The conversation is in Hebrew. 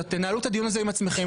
תנהלו את הדיון הזה עם עצמכם.